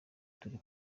turi